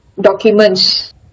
documents